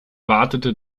wartete